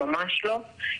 ממש לא.